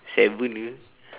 seven ke